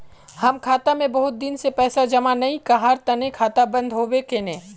हम खाता में बहुत दिन से पैसा जमा नय कहार तने खाता बंद होबे केने?